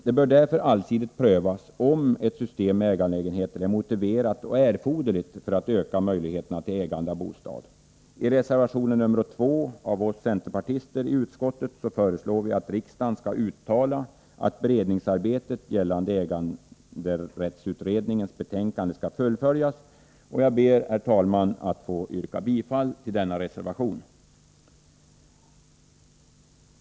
Det bör därför allsidigt prövas, om ett system med ägarlägenheter är motiverat och erforderligt för att öka möjligheterna till ägande av bostad. I reservation nr 2 av oss centerpartister i utskottet föreslår vi att riksdagen skall uttala att beredningsarbetet gällande äganderättsutredningens betänkande skall fullföljas. Jag ber, herr talman, att få yrka bifall till denna reservation.